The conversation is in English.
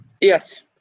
yes